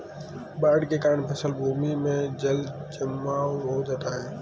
बाढ़ के कारण फसल भूमि में जलजमाव हो जाता है